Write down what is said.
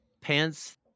pants